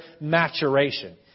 maturation